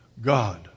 God